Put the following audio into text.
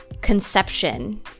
conception